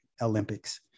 Olympics